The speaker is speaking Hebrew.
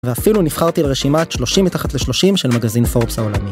ואפילו נבחרתי לרשימת 30 מתחת ל-30 של מגזין Forbes העולמי.